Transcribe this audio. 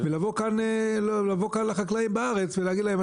ולבוא כאן לחקלאים בארץ ולהגיד להם,